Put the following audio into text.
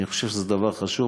אני חושב שזה דבר חשוב,